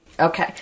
Okay